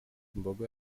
imbogo